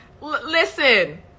listen